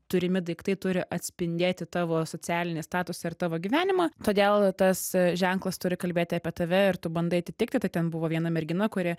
turimi daiktai turi atspindėti tavo socialinį statusą ir tavo gyvenimą todėl tas ženklas turi kalbėti apie tave ir tu bandai atitikti tai ten buvo viena mergina kuri